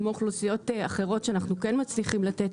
כמו אוכלוסיות אחרות שאנחנו כן מצליחים לתת